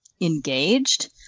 engaged